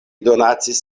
donacis